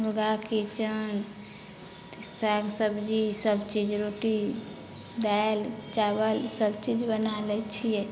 मुर्गा कीचन साग सब्जी सभ चीज रोटी दालि चावल सभ चीज बना लै छियै